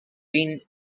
been